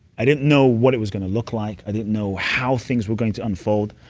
i didn't know what it was going to look like. i didn't know how things were going to unfold.